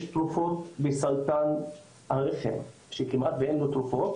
יש תרופות של סרטן הרחם שכמעט ואין לו תרופות,